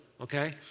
okay